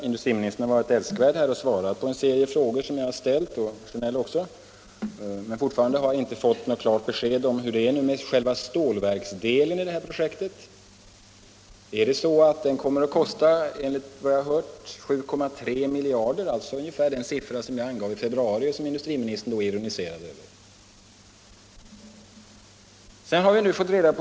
Industriministern har varit älskvärd och svarat på en serie frågor som jag och herr Sjönell ställt, men fortfarande har jag inte fått något klart besked om hur det är med själva stålverksdelen i projektet. Är det så att den kommer att kosta, vilket jag har hört, 7,3 miljarder, alltså ungefär den siffra som jag angav i februari och som industriministern då ironiserade över?